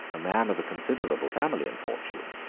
a man of a considerable family and fortune,